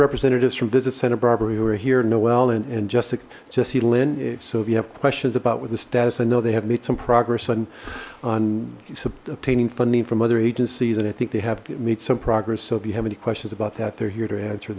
representatives from visit santa barbara who are here noel and and jessica jesse lynn so if you have questions about what the status i know they have made some progress on on obtaining funding from other agencies and i think they have made some progress so if you have any questions about that they're here to answer